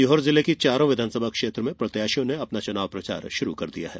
सीहोर जिले की चारों विधानसभा क्षेत्र में प्रत्याशियों ने अपना चुनाव प्रचार शुरू कर दिया है